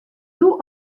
doe